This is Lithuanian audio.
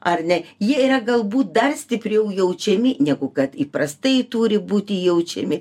ar ne jie yra galbūt dar stipriau jaučiami negu kad įprastai turi būti jaučiami